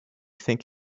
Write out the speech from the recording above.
think